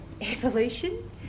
evolution